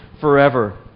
forever